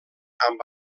amb